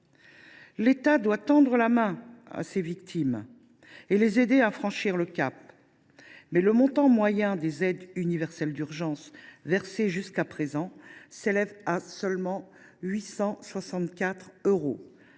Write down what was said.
L’État doit tendre la main à ces victimes et les aider à franchir le cap, mais le montant moyen des aides universelles d’urgence versé jusqu’à présent ne dépasse pas 864 euros,